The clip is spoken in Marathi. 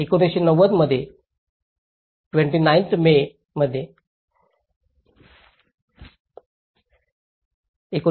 1990 मध्ये 29th मे मध्ये 6